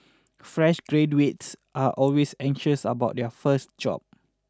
fresh graduates are always anxious about their first job